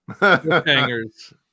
Hangers